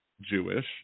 Jewish